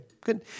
good